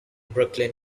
brooklyn